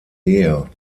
ehe